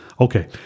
Okay